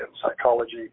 psychology